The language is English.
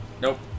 Nope